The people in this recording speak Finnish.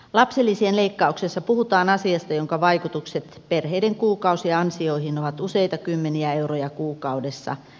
lapsilisien leikkauksessa puhutaan asiasta jonka vaikutukset perheiden kuukausiansioihin ovat useita kymmeniä euroja kuukaudessa